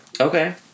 Okay